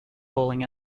bowling